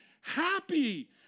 happy